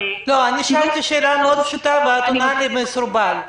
שאלתי שאלה מאוד פשוטה ואת עונה לי מסורבל.